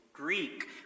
Greek